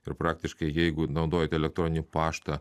ir praktiškai jeigu naudojate elektroninį paštą